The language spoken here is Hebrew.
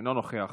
אינו נוכח.